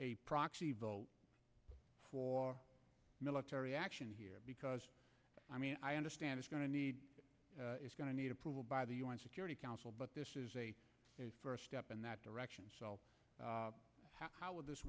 a proxy vote for military action here because i mean i understand it's going to need going to need approval by the u n security council but this is a first step in that direction so how would this